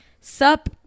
sup